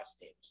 teams